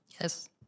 Yes